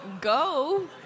go